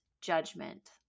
judgment